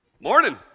Morning